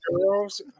girls